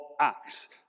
Acts